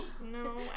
No